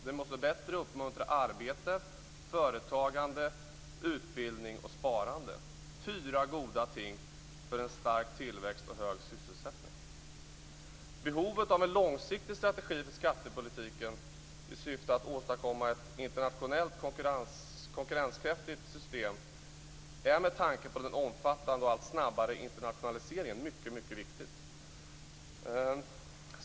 Vi måste bättre uppmuntra arbete, företagande, utbildning och sparande - fyra goda ting för en stark tillväxt och hög sysselsättning. Behovet av en långsiktig strategi för skattepolitiken i syfte att åstadkomma ett internationellt konkurrenskraftigt system är, med tanke på den omfattande och allt snabbare internationaliseringen, mycket viktigt.